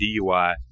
DUI